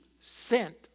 sent